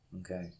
Okay